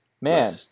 Man